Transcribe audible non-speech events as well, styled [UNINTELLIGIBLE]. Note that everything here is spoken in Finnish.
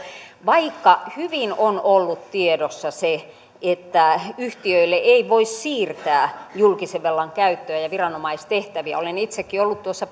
vaikka hyvin on ollut tiedossa se että yhtiöille ei voi siirtää julkisen vallan käyttöä ja ja viranomaistehtäviä olen itsekin ollut tuossa [UNINTELLIGIBLE]